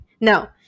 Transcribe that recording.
no